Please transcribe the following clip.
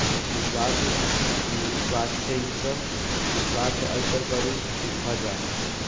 विश्वास अन्धविश्वास छै इसभ विश्वास एहिपर करू कि भऽ जाय